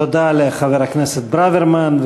תודה לחבר הכנסת ברוורמן.